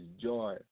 joy